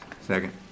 Second